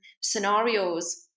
scenarios